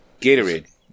Gatorade